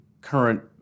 current